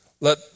Let